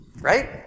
Right